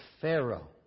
Pharaoh